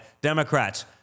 Democrats